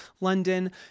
London